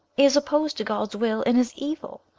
is opposed to god's will, and is evil.